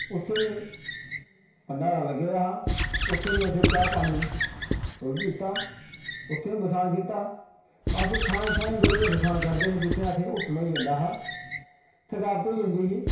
उत्थे भंडारा लग्गे दा हा उत्थे बी असें चाह् पानी ओह् पीता उत्थे बसांऽ कीता असें थाएं थाएं जाइयै बसांऽ करदे हे जित्थें असें हुट्टन होई जंदा हा थकावट होई जन्दी ही